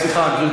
סליחה, גברתי.